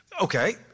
okay